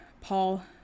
Paul